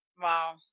Wow